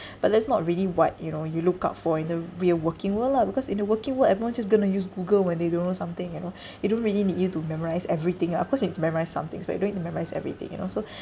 but that's not really what you know you look out for in the real working world lah because in the working world everyone just going to use google when they don't know something you know they don't really need you to memorise everything ah of course you need to memorise some things but you don't need to memorise everything you know so